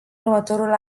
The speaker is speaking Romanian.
următorul